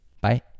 Bye